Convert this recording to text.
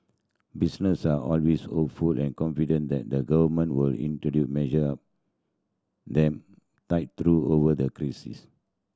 business are always hopeful and confident that the Government will introduce measure them tide through over the crisis